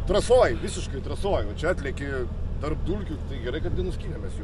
trasoj visiškai trasoj va čia atleki tarp dulkių tai gerai kad nenuskynėm mes jų